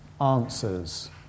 answers